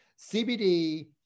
CBD